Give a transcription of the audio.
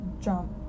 jump